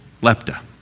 lepta